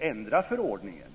ändra förordningen.